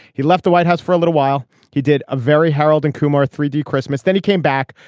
he left the white house for a little while. he did a very harold and kumar three d christmas. then he came back.